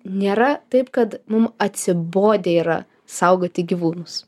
nėra taip kad mum atsibodę yra saugoti gyvūnus